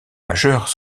majeurs